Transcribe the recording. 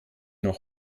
noch